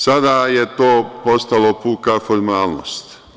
Sada je to postalo puka formalnost.